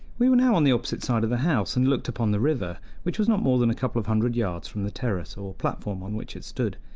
we were now on the opposite side of the house and looked upon the river, which was not more than a couple of hundred yards from the terrace or platform on which it stood.